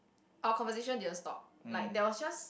our conversation didn't stop like that was just